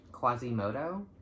Quasimodo